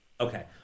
Okay